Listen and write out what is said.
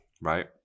Right